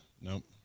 Nope